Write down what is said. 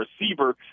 receiver